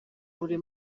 buri